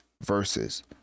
versus